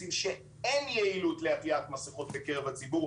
מוצאים שאין יעילות לעטיית מסיכות בקרב הציבור.